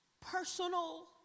personal